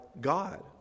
God